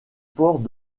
port